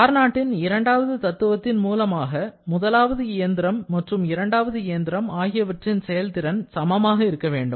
கார்னாட்டின் இரண்டாவது தத்துவத்தின் மூலமாக முதலாவது இயந்திரம் மற்றும் இரண்டாவது இயந்திரம் ஆகியவற்றின் செயல்திறன் சமமாக இருக்க வேண்டும்